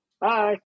bye